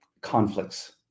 conflicts